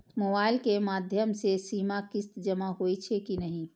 Mobile के माध्यम से सीमा किस्त जमा होई छै कि नहिं?